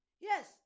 Yes